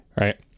right